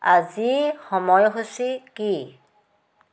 আজি সময়সূচী কি